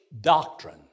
doctrine